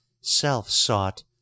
self-sought